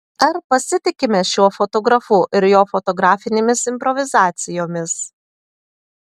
ar pasitikime šiuo fotografu ir jo fotografinėmis improvizacijomis